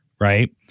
right